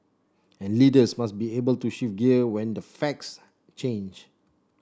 and leaders must be able to shift gear when the facts change